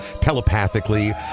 telepathically